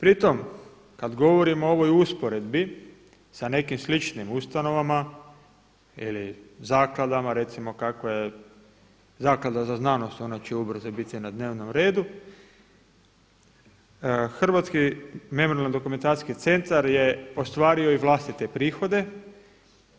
Pri tom kada govorimo o ovoj usporedbi sa nekim sličnim ustanovama ili zakladama, recimo kakva je Zaklada za znanost, ona će ubrzo biti na dnevnom redu, Hrvatski memorijalno-dokumentacijski centar je ostvario i vlastite prihode